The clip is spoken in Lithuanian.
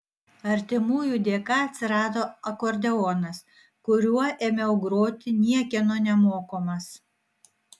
artimųjų dėka atsirado akordeonas kuriuo ėmiau groti niekieno nemokomas